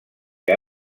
que